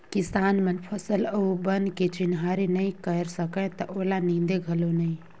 किसान मन फसल अउ बन के चिन्हारी नई कयर सकय त ओला नींदे घलो नई